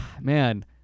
Man